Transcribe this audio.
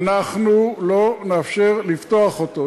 אנחנו לא נאפשר לפתוח אותו.